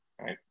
Right